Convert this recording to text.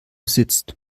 sitzt